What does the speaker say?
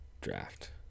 draft